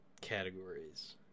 categories